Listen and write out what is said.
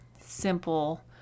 simple